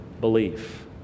belief